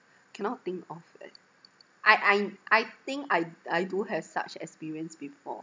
cannot think of it I I I think I I do have such as experience before